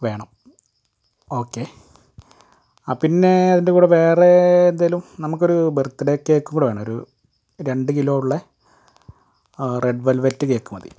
വേണം ഓക്കെ അ പിന്നെ അതിൻ്റെ കൂടെ വേറെ എന്തെങ്കിലും നമുക്കൊരു ബർത്ത്ഡേ കേക്ക് കൂടെ വേണം ഒരു രണ്ട് കിലോ ഉള്ള റെഡ് വെൽവെറ്റ് കേക്ക് മതി